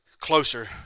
closer